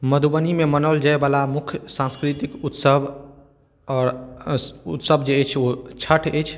मधुबनीमे मनाओल जाइवला मुख्य सांस्कृतिक उत्सव आओर उत्सव जे अछि ओ छठ अछि